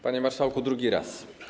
Panie marszałku, drugi raz.